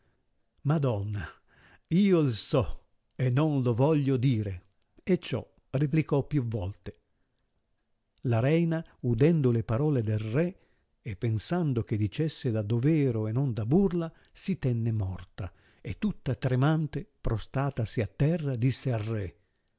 madonna io il so e non lo voglio dire e ciò replicò più volte la reina udendo le parole del re e pensando che dicesse da dovero e non da burla si tenne morta e tutta tremante prostratasi a terra disse al re